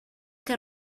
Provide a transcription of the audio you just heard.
que